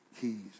keys